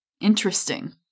Interesting